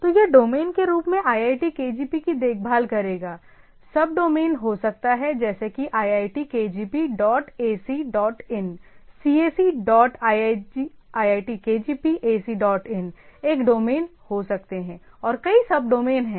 तो यह डोमेन के रूप में iitkgp की देखभाल करेगा सब डोमेन हो सकता है जैसे कि iitkgp dot AC dot in cac dot iitkgp AC dot in एक डोमेन हो सकते हैं और कई सब डोमेन हैं